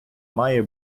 має